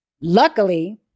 Luckily